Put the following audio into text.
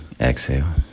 exhale